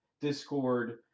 discord